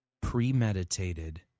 premeditated